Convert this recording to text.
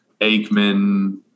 Aikman